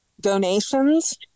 donations